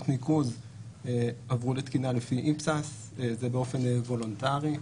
ניקוז עברו לתקינה לפי EBSAs באופן וולונטרי.